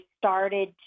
started